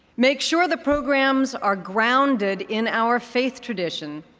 make sure the programs are grounded in our faith tradition.